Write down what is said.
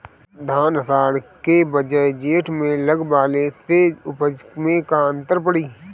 धान आषाढ़ के बजाय जेठ में लगावले से उपज में का अन्तर पड़ी?